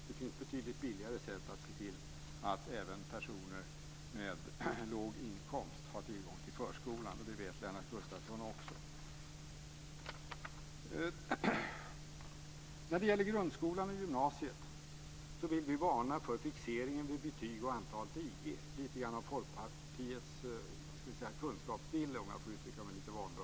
Det finns betydligt billigare sätt att se till att även personer med låg inkomst har tillgång till förskolan. Det vet också Lennart Gustavsson. När det gäller grundskolan och gymnasiet vill vi varna för fixeringen vid betyg och antalet IG - alltså lite av Folkpartiets kunskapsdille, lite vanvördigt uttryckt.